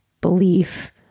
belief